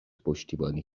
پشتیبانی